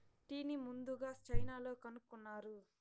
టీని ముందుగ చైనాలో కనుక్కున్నారు